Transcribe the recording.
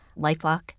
lifelock